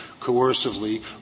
coercively